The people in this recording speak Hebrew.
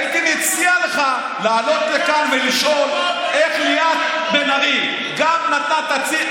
אני הייתי מציע לך לעלות לכאן ולשאול איך ליאת בן-ארי נתנה תצהיר,